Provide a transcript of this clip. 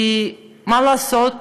מה לעשות,